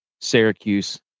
Syracuse